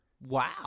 Wow